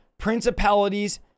principalities